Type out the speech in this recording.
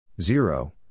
zero